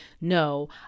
no